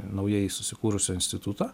naujai susikūrusio instituto